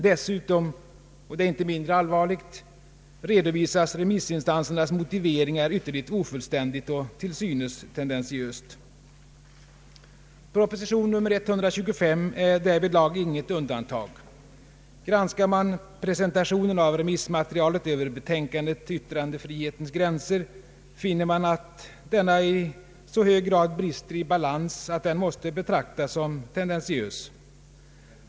Dessutom — och det är inte mindre allvar ligt — redovisas remissinstansernas motiveringar ytterligt ofullständigt och till synes tendentiöst. Proposition nr 125 är därvidlag inget undantag. Granskar man presentationen av remissmaterialet över betänkandet Yttrandefrihetens gränser, finner man att den i så hög grad brister i balans att den måste betraktas som tendentiös.